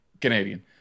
Canadian